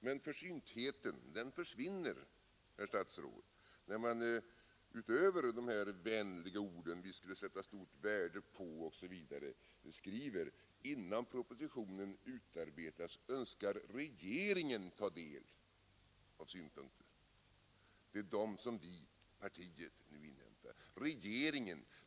Men, herr statsråd, försyntheten försvinner när man utöver de här vänliga orden — ”Vi skulle givetvis sätta stort värde på”, osv. — skriver: ”Innan propositionen utarbetas önskar regeringen ta del av synpunkter”, och det är dessa synpunkter som vi, partiet, nu inhämtar.